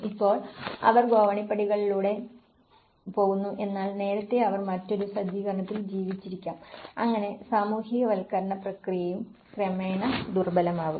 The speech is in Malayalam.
ഇപ്പോൾ അവർ ഗോവണിപ്പടികളിലൂടെ പോകുന്നു എന്നാൽ നേരത്തെ അവർ മറ്റൊരു സജ്ജീകരണത്തിൽ ജീവിച്ചിരിക്കാം അങ്ങനെ സാമൂഹികവൽക്കരണ പ്രക്രിയയും ക്രമേണ ദുർബലമാകുന്നു